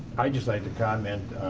i'd just like to comment,